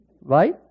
Right